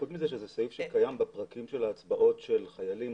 זה סעיף שקיים בפרקים של ההצבעות של חיילים,